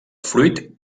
fruit